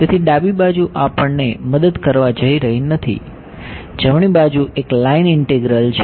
તેથી ડાબી બાજુ આપણને મદદ કરવા જઈ રહી નથી જમણી બાજુ એક લાઇન ઇંટીગ્રલ છે